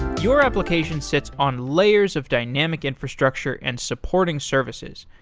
your application sits on layers of dynamic infrastructure and supporting services.